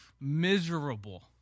Miserable